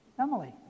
Emily